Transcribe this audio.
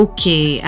Okay